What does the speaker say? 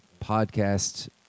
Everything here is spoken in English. podcast